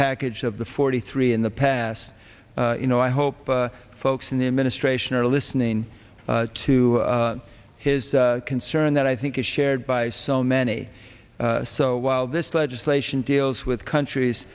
package of the forty three in the past you know i hope folks in the administration are listening to his concern that i think is shared by so many so while this legislation deals with countries